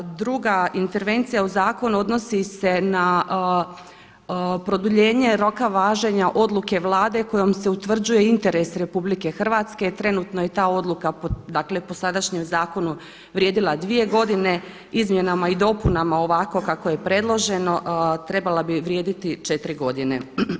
Druga intervencija u zakonu odnosi se na produljenje roka važenja odluke Vlade kojom se utvrđuje interes RH, trenutno je ta odluka, dakle po sadašnjem zakonu vrijedila 2 godine izmjenama i dopunama ovako kako je predloženo trebala bi vrijediti 4 godine.